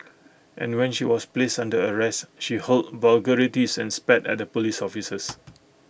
and when she was placed under arrest she hurled vulgarities and spat at the Police officers